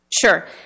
Sure